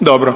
Dobro.